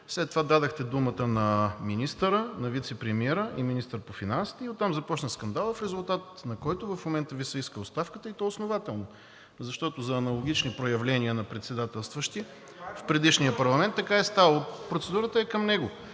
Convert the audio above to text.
След това дадохте думата на вицепремиера и министър по финансите и оттам започна скандалът, в резултат на който в момента Ви се иска оставката, и то основателно, защото за аналогични проявления на председателстващи в предишния парламент така е ставало. (Шум и реплики.) Процедурата е към него.